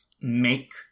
make